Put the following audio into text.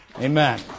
Amen